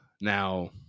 Now